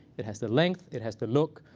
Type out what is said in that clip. it has the length. it has the look.